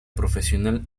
profesional